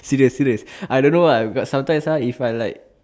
serious serious I don't know ah cause sometimes uh if I like